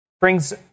brings